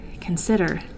consider